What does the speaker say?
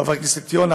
חבר הכנסת יונה,